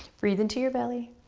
breathe into your belly.